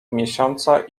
miesiąca